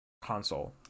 console